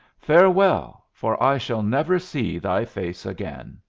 farewell, for i shall never see thy face again.